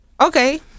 Okay